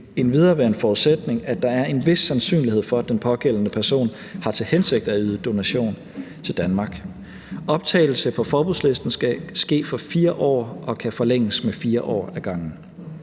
endvidere være en forudsætning, at der er en vis sandsynlighed for, at den pågældende person har til hensigt at yde donation til Danmark. Optagelse på forbudslisten skal ske for 4 år og kan forlænges med 4 år ad gangen.